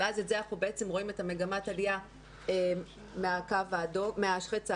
ואז בזה אנחנו בעצם רואים את מגמת העלייה מהחץ האדום,